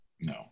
no